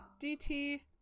DT